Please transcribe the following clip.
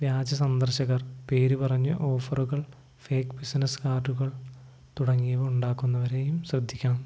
വ്യാജ സന്ദർശകർ പേരു പറഞ്ഞ് ഓഫറുകൾ ഫേക്ക് ബിസിനസ്സ് കാർഡുകൾ തുടങ്ങിയവ ഉണ്ടാക്കുന്നവരെയും ശ്രദ്ധിക്കാം